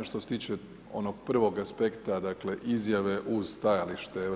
A što se tiče onog prvog aspekta dakle izjave uz stajalište EU